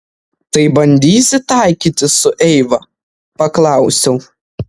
tai bandysi taikytis su eiva paklausiau